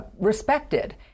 respected